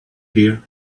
here